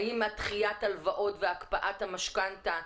האם דחיית ההלוואות והקפאות המשכנתא,